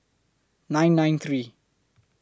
nine nine three